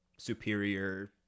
superior